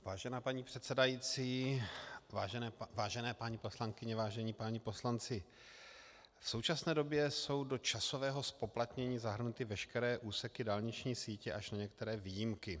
Vážená paní předsedající, vážené paní poslankyně, vážení páni poslanci, v současné době jsou do časového zpoplatnění zahrnuty veškeré úseky dálniční sítě, až na některé výjimky.